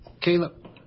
Caleb